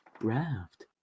Raft